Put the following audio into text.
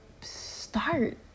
start